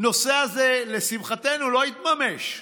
הנושא הזה, לשמחתנו, לא התממש.